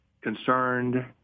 concerned